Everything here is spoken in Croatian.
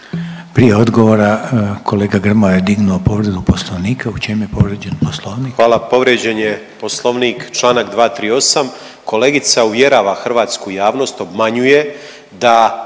Prije odgovora kolega Grmoja je dignuo povredu Poslovnika. U čem je povrijeđen Poslovnik? **Grmoja, Nikola (MOST)** Hvala. Povrijeđen je Poslovnik članak 238. Kolegica uvjerava hrvatsku javnost, obmanjuje da